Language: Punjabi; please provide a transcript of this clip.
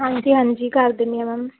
ਹਾਂਜੀ ਹਾਂਜੀ ਕਰ ਦਿੰਦੀ ਹਾਂ ਮੈਮ